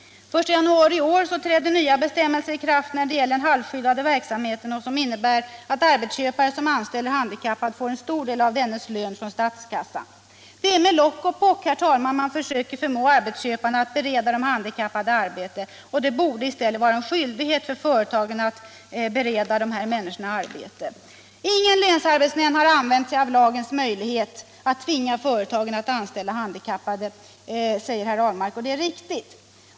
Den 1 januari i år trädde nya bestämmelser i kraft när det gäller den halvskyddade verksamheten. De innebär att arbetsköpare som anställer en handikappad får pengar till en stor del av dennes lön från statskassan. Det är med lock och pock, herr talman, man försöker förmå arbetsköparna att bereda de handikappade arbete. Det borde vara en skyldighet för företagen att bereda dessa människor arbete. Ingen länsarbetsnämnd har använt lagens möjlighet att tvinga företagen att anställa människor, säger herr Ahlmark. Och det är riktigt.